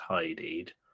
tidied